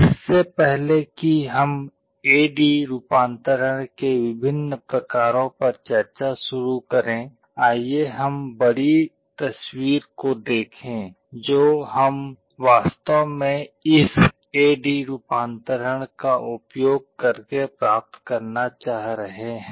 इससे पहले कि हम ए डी रूपांतरण के विभिन्न प्रकारों पर चर्चा शुरू करें आइए हम बड़ी तस्वीर को देखें जो हम वास्तव में इस ए डी रूपांतरण का उपयोग करके प्राप्त करना चाह रहे हैं